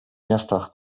miastach